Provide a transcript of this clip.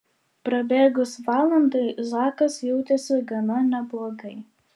prabėgus valandai zakas jautėsi gana neblogai